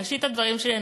בראשית הדברים שלי,